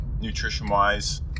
nutrition-wise